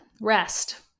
rest